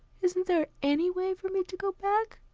isn't there any way for me to go back?